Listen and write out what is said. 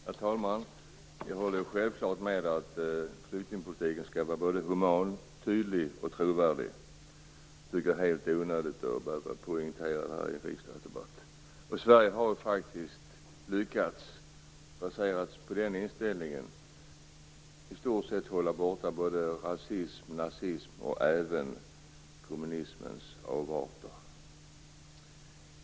Herr talman! Jag håller självklart med om att flyktingpolitiken skall vara human, tydlig och trovärdig. Det tycker jag är helt onödigt att poängtera i en riksdagsdebatt. Baserat på den inställningen har Sverige faktiskt i stort sett lyckats hålla borta rasism, nazism och även kommunismens avarter.